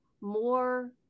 more